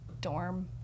dorm